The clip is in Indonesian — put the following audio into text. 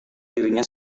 dirinya